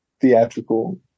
theatrical